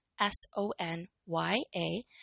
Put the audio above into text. S-O-N-Y-A